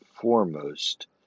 foremost